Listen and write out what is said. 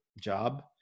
job